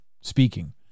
speaking